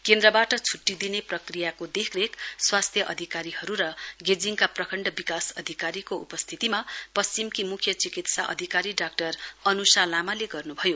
केन्द्रबाट छुट्टी दिने प्रक्रियाको देखरेख स्वास्थ्य अधिकारी र गेजिङका प्रखण्ड विकास अधिकारीको उपस्थितिमा पश्चिमकी मुख्य चिकित्सा अधिकारी डाक्टर अनुषा लामाले गर्नु भयो